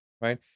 right